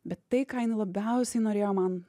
bet tai ką jinai labiausiai norėjo man